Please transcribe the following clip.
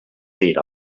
tir